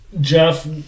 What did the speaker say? Jeff